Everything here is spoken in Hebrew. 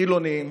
חילונים,